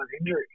injury